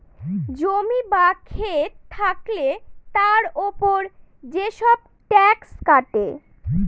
জমি বা খেত থাকলে তার উপর যেসব ট্যাক্স কাটে